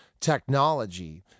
technology